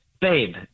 Babe